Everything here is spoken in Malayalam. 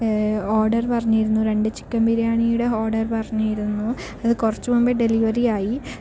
ഓർഡർ പറഞ്ഞിരുന്നു രണ്ട് ചിക്കൻ ബിരിയാണിയുടെ ഓർഡർ പറഞ്ഞിരുന്നു അത് കുറച്ച് മുമ്പ് ഡെലിവറി ആയി